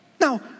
Now